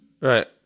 Right